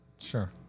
Sure